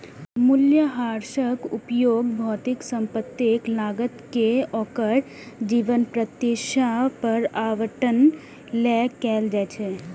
मूल्यह्रासक उपयोग भौतिक संपत्तिक लागत कें ओकर जीवन प्रत्याशा पर आवंटन लेल कैल जाइ छै